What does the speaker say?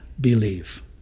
believe